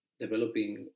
developing